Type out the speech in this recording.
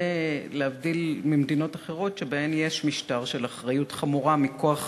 זה להבדיל ממדינות אחרות שבהן יש משטר של אחריות חמורה מכוח